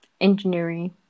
engineering